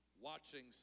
watching